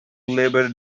labor